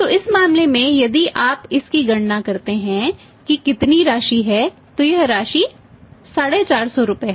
तो इस मामले में यदि आप इसकी गणना करते हैं कि कितनी राशि है तो यह राशि 450 रुपये है